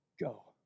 Go